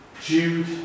Jude